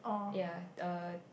ya uh